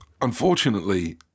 unfortunately